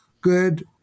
good